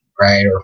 right